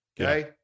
Okay